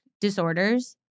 disorders